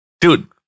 Dude